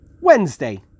Wednesday